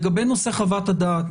לגבי נושא חוות הדעת.